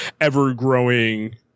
ever-growing